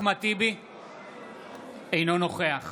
אינו נוכח